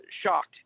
shocked